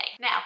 Now